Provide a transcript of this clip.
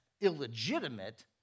illegitimate